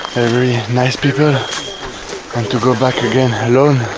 every nice people and to go back again alone